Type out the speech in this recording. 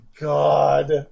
god